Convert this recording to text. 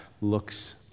looks